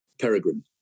Peregrine